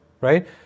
right